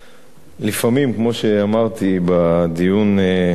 לפעמים, כמו שאמרתי בדיון על שואת הארמנים,